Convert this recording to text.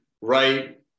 right